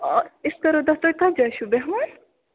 آ أسۍ کَرَو تَتھ تُہۍ کَتھ جایہِ چھُو بیٚہوان